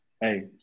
Hey